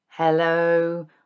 Hello